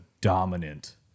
dominant